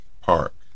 Park